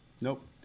Nope